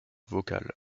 vocal